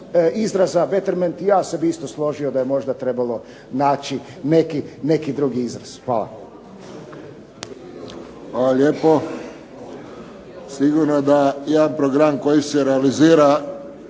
izraza Betterment, ja bih se isto složio da je možda trebao naći neki drugi izraz. Hvala. **Friščić, Josip (HSS)** Hvala lijepo. Sigurno da jedan program koji se realizira